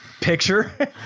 picture